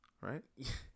right